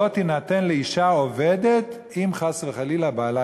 לא תינתן לאישה עובדת אם חס וחלילה בעלה